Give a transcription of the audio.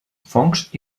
fongs